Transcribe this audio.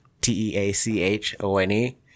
T-E-A-C-H-O-N-E